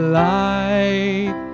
light